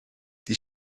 die